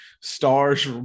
Star's